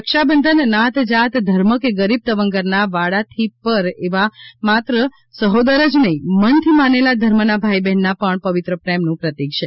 રક્ષાબંધન નાતજાત ધર્મ કે ગરીબ તવંગરના વાડાથી પર એવા માત્ર સહોદર જ નહીં મનથી માનેલા ધર્મના ભાઇ બહેનના પણ પવિત્ર પ્રેમનું પ્રતિક છે